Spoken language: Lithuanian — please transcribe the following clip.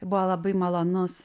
buvo labai malonus